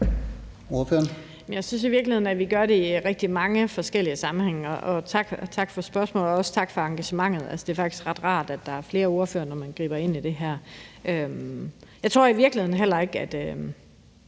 Jeg synes virkelig, at vi gør det i rigtig mange forskellige sammenhænge. Tak for spørgsmålet, og også tak for engagementet. Det er faktisk ret rart, at der er flere ordførere, når man griber ind i det her, der har det sådan. Der er ingen af